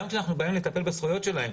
גם כשאנחנו באים לטפל בזכויות שלהם.